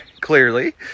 clearly